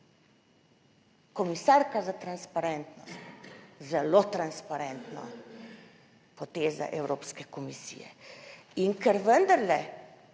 Komisarka za transparentnost, zelo transparentno poteza Evropske komisije. In ker vendarle